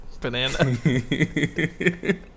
banana